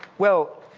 well,